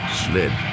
slid